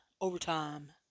Overtime